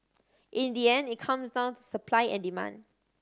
in the end it comes down to supply and demand